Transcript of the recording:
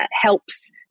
helps